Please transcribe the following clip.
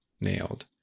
nailed